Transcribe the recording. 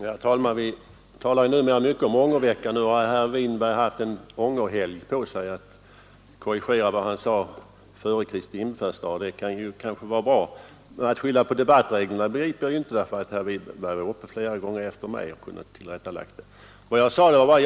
Herr talman! Vi talar numera mycket om ångerveckor. Herr Winberg har nu haft en ångerhelg på sig för att korrigera vad han sade före Kristi Himmelsfärdsdag. Det kan kanske vara bra. Men att herr Winberg skyller på debattreglerna begriper jag inte, därför att herr Winberg var uppe flera gånger efter mig och kunde då ha gjort ett tillrättaläggande.